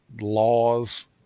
laws